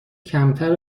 کمتر